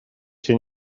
cię